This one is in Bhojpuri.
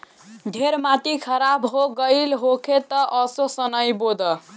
ढेर माटी खराब हो गइल होखे तअ असो सनइ बो दअ